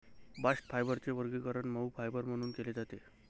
bast फायबरचे वर्गीकरण मऊ फायबर म्हणून केले जाते